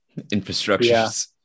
infrastructures